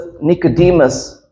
Nicodemus